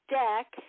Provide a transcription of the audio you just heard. deck